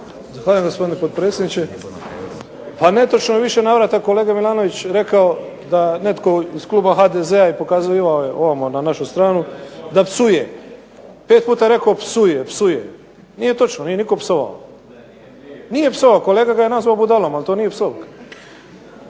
Zahvaljujem, gospodine potpredsjedniče. Netočno je u više navrata kolega Milanović rekao da netko iz kluba HDZ-a i pokazivao je ovamo na našu stranu, da psuje. Pet puta je rekao psuje, psuje. Nije točno, nije nitko psovao. Nije psovao, kolega ga je nazvao budalom, ali to nije psovka.